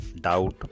doubt